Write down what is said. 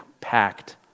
packed